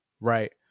right